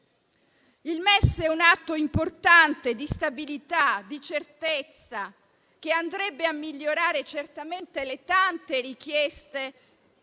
Il MES è un atto importante di stabilità e di certezza, che andrebbe a migliorare certamente le tante urgenze